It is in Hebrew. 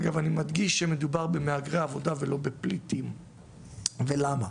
אני מדגיש שמדובר במהגרי עבודה ולא בפליטים, ולמה?